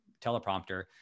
teleprompter